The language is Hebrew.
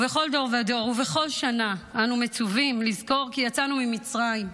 ובכל דור ודור ובכל שנה אנו מצווים לזכור כי יצאנו ממצרים,